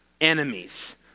enemies